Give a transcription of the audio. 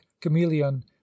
chameleon